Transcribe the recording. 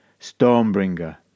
Stormbringer